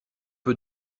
peu